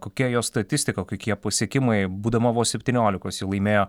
kokia jos statistika kokie pasiekimai būdama vos septyniolikos ji laimėjo